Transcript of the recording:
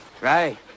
Right